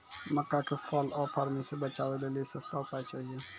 मक्का के fall of army से बचाबै लेली सस्ता उपाय चाहिए?